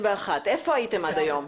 איפה הייתם עד היום?